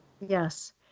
Yes